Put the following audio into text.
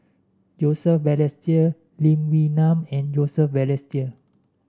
Joseph Balestier Lee Wee Nam and Joseph Balestier